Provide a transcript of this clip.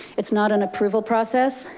it's not an approval process,